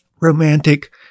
romantic